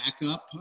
backup